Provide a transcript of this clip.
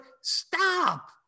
stop